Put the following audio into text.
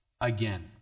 again